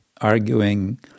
arguing